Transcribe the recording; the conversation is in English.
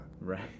Right